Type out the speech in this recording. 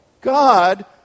God